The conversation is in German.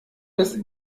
des